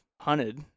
hunted